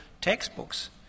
textbooks